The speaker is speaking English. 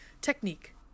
Technique